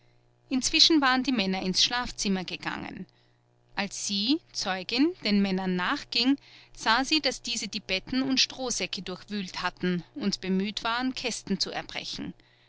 inzwischen waren die männer ins schlafzimmer gegangen als sie zeugin den männern nachging sah sie daß diese die betten und strohsäcke durchwühlt hatten und bemüht waren kästen zu erbrechen